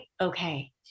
okay